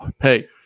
hey